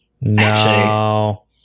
No